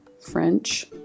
French